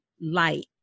light